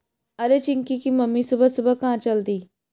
अरे चिंकी की मम्मी सुबह सुबह कहां चल दी?